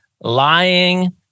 lying